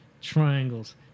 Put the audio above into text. triangles